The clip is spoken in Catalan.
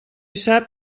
sap